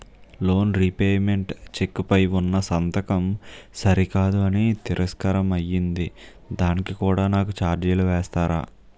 Loan repayment cheque పై ఉన్నా సంతకం సరికాదు అని తిరస్కారం అయ్యింది దానికి కూడా నాకు ఛార్జీలు వేస్తారా?